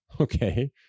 okay